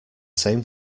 same